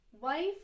Wife